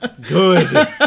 Good